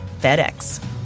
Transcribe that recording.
FedEx